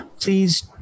Please